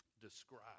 describe